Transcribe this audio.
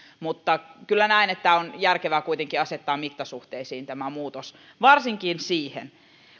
mutta kyllä näen että on järkevää kuitenkin asettaa mittasuhteisiin tämä muutos varsinkin siihen